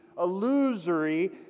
illusory